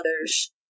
others